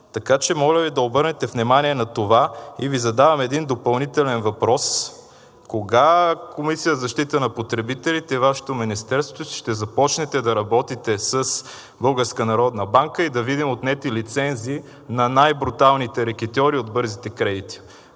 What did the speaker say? Така че моля Ви да обърнете внимание на това. И Ви задавам един допълнителен въпрос. Кога Комисията за защита на потребителите и Вашето министерство ще започнете да работите с Българската народна банка и да видим отнети лицензии на най-бруталните рекетьори от бързите кредити?